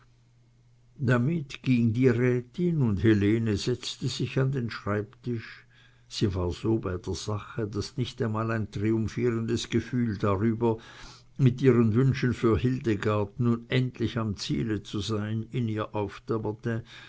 damit ging die rätin und helene setzte sich an den schreibtisch sie war so bei der sache daß nicht einmal ein triumphierendes gefühl darüber mit ihren wünschen für hildegard nun endlich am ziele zu sein in ihr aufdämmerte